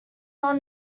not